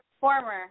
Former